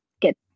get